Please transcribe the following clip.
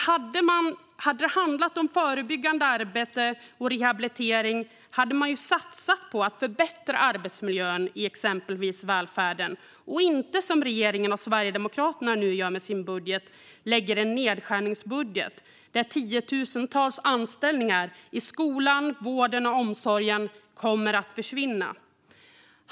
Hade det handlat om förebyggande arbete och rehabilitering hade man ju satsat på att förbättra arbetsmiljön i exempelvis välfärden och inte, som regeringen och Sverigedemokraterna nu gör, lägga en nedskärningsbudget där tiotusentals anställningar i skolan, vården och omsorgen kommer att försvinna.